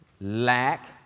lack